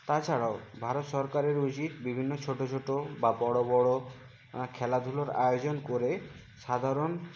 তাছাড়াও ভারত সরকারের উচিৎ বিভিন্ন ছোটো ছোটো বা বড়ো বড়ো খেলাধুলোর আয়োজন করে সাধারণ